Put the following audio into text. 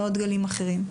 לא דגלים אחרים.